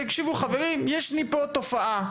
יש לי פה תופעה,